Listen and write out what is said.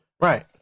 Right